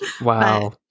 wow